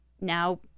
now